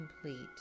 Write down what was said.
complete